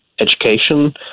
education